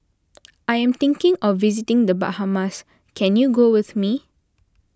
I am thinking of visiting the Bahamas can you go with me